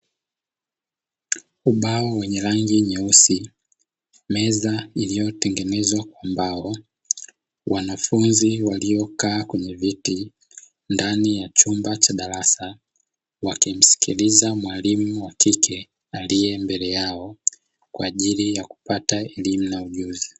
Ubao wenye rangi nyeusi, meza iliyotengenezwa kwa mbao, wanafunzi waliokaa kwenye viti ndani ya chumba cha darasa wakimsikiliza mwalimu wa kike aliye mbele yao kwa ajili ya kupata elimu na ujuzi.